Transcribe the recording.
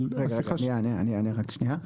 אני אענה רק שניה,